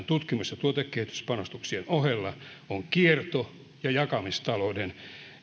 tutkimus ja tuotekehityspanostuksien ohella sellainen on muun muassa kierto ja jakamistalouden